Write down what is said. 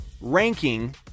ranking